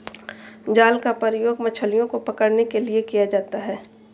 जाल का प्रयोग मछलियो को पकड़ने के लिये किया जाता है